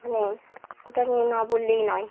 মানে ওটা নিয়ে না বললেই নয়